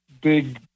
big